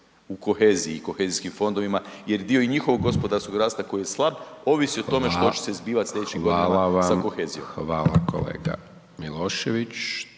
u koheziji i kohezijskim fondovima jer dio i njihovog gospodarskog rasta koji je slab ovisi o tome što će se zbivat …/Upadica: Hvala vam./… slijedećih